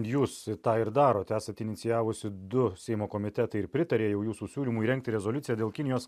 jūs tą ir darote esat inicijavusi du seimo komitetai ir pritarė jau jūsų siūlymui rengti rezoliuciją dėl kinijos